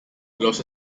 los